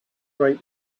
great